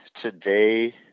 today